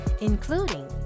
including